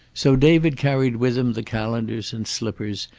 so david carried with him the calendars and slippers,